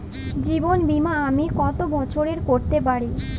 জীবন বীমা আমি কতো বছরের করতে পারি?